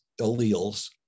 alleles